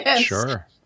Sure